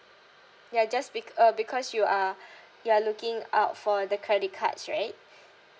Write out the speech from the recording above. ya just bec~ uh because you are you are looking out for the credit cards right